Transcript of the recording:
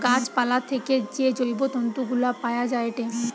গাছ পালা থেকে যে জৈব তন্তু গুলা পায়া যায়েটে